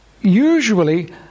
usually